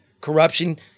corruption